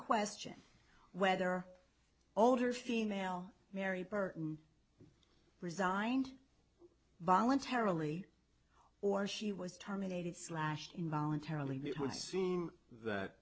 question whether older female mary burton resigned voluntarily or she was terminated slashed in voluntarily we don't seem that